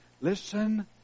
listen